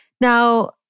Now